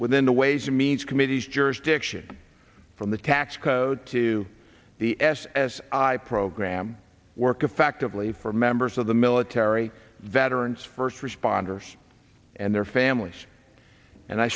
within the ways and means committee has jurisdiction from the tax code to the s s i program work effectively for members of the military veterans first responders and their families and i